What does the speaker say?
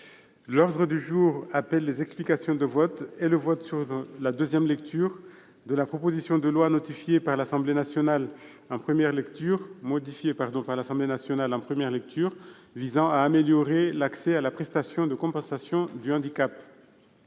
L'ordre du jour appelle les explications de vote et le vote sur la deuxième lecture de la proposition de loi, modifiée par l'Assemblée nationale en première lecture, visant à améliorer l'accès à la prestation de compensation du handicap